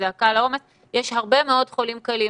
זעקה לעומס, יש הרבה מאוד חולים קלים.